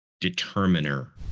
determiner